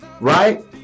right